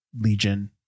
legion